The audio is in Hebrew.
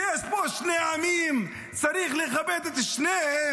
שיש פה שני עמים, צריך לכבד את שניהם,